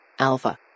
Alpha